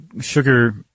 sugar